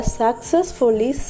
successfully